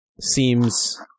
seems